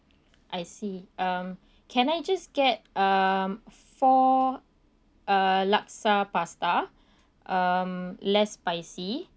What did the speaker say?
I see um can I just get um four uh laksa pasta um less spicy